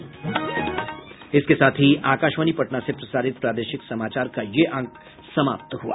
इसके साथ ही आकाशवाणी पटना से प्रसारित प्रादेशिक समाचार का ये अंक समाप्त हुआ